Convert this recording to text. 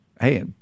Hey